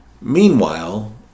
Meanwhile